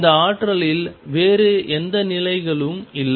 இந்த ஆற்றலில் வேறு எந்த நிலைகளும் இல்லை